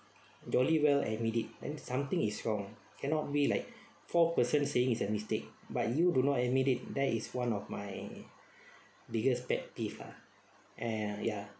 jolly well admit it then something is wrong cannot be like four person saying is a mistake but you do not admit it that is one of my biggest pet peeve ah and ya